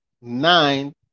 nine